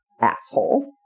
asshole